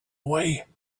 away